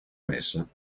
messa